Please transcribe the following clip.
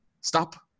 stop